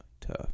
Tough